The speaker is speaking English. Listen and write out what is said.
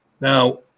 Now